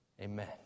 Amen